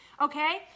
okay